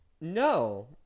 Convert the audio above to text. no